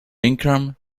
income